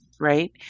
Right